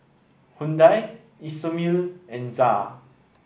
Hyundai Isomil and ZA